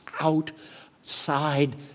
outside